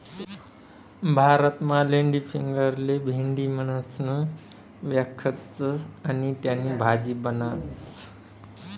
भारतमा लेडीफिंगरले भेंडी म्हणीसण व्यकखतस आणि त्यानी भाजी बनाडतस